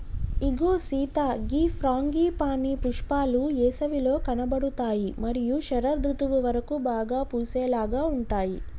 ఇగో సీత గీ ఫ్రాంగిపానీ పుష్పాలు ఏసవిలో కనబడుతాయి మరియు శరదృతువు వరకు బాగా పూసేలాగా ఉంటాయి